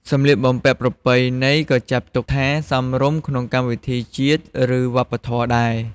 សម្លៀកបំពាក់ប្រពៃណីក៏ចាត់ទុកថាសមរម្យក្នុងកម្មវិធីជាតិ ឬ វប្បធម៌ដែរ។